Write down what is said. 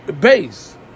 Base